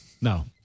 No